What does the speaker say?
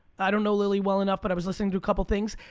i don't know lily well enough, but i was listening to a couple things.